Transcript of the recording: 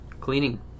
cleaning